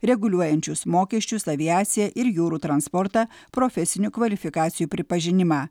reguliuojančius mokesčius aviaciją ir jūrų transportą profesinių kvalifikacijų pripažinimą